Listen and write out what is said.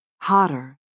hotter